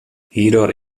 hierdoor